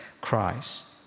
Christ